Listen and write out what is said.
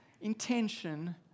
intention